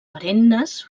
perennes